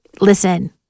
Listen